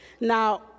Now